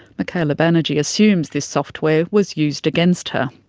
michaela banerji assumes this software was used against her.